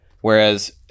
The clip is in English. Whereas